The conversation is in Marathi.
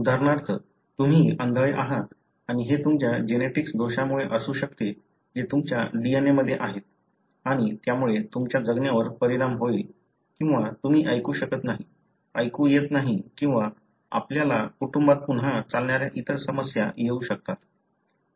उदाहरणार्थ तुम्ही आंधळे आहात आणि हे तुमच्या जेनेटिक्स दोषामुळे असू शकते जे तुमच्या DNA मध्ये आहेत आणि त्यामुळे तुमच्या जगण्यावर परिणाम होईल किंवा तुम्ही ऐकू शकत नाही ऐकू येत नाही किंवा आपल्याला कुटुंबात पुन्हा चालणाऱ्या इतर समस्या येऊ शकतात